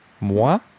moi